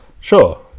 Sure